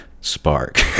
spark